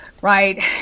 Right